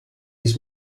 his